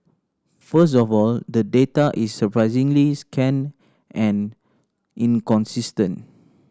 first of all the data is surprisingly scant and inconsistent